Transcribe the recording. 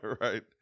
Right